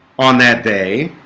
on that day